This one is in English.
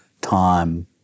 time